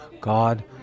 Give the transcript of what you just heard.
God